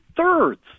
Thirds